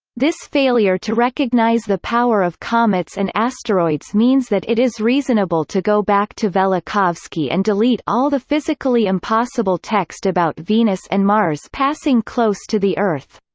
this failure to recognize the power of comets and asteroids means that it is reasonable to go back to velikovsky and delete all the physically impossible text about venus and mars passing close to the earth.